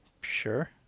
Sure